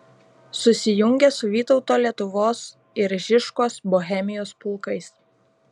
susijungė su vytauto lietuvos ir žižkos bohemijos pulkais